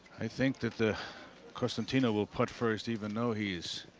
i think that the costintino will putt first, even though he's